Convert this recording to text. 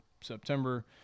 September